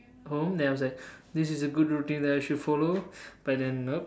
home then I was like this is a good routine that I should follow but then nope